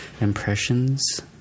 impressions